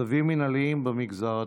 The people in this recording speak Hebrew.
צווים מינהליים במגזר הדרוזי.